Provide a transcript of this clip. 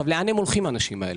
לאן הולכים האנשים האלה?